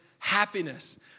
happiness